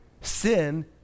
Sin